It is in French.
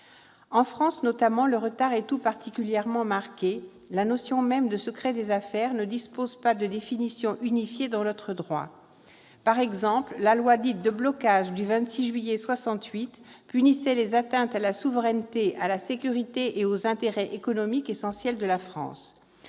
En France, le retard est tout particulièrement marqué : la notion même de « secret des affaires » ne dispose pas de définition unifiée dans notre droit. La loi dite « de blocage » du 26 juillet 1968 punissait, par exemple, les atteintes à la souveraineté, à la sécurité et aux intérêts économiques essentiels de la France.